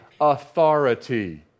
authority